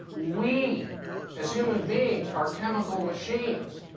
we as human beings are chemical machines.